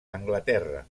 anglaterra